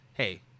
hey